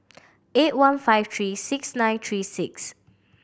eight one five three six nine three six